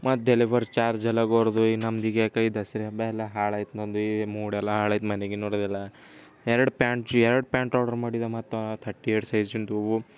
ಮತ್ತೆ delivery charge ಎಲ್ಲ ಗೋರ್ದು ಈಗ ನಮ್ದೀಗ್ಯಾಕ ಈ ದಸರ ಹಬ್ಬ ಎಲ್ಲ ಹಾಳಾಯ್ತು ನಂದು ಈ ಮೂಡೆಲ್ಲ ಹಾಳಾಯ್ತು ಮನೆಗೆ ಎರಡು ಪ್ಯಾಂಟ್ ಜೀ ಎರಡು ಪ್ಯಾಂಟ್ ಆಡ್ರ್ ಮಾಡಿದೆ ಮತ್ತೆ ಥರ್ಟಿ ಏಟ್ ಸೈಝಿಂದು